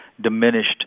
diminished